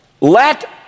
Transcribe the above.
let